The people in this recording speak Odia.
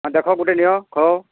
ହଁ ଦେଖ ଗୁଟେ ନିଅ ଖଅ